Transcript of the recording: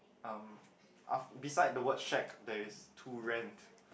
um af~ beside the word shack there is to rent